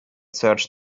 searched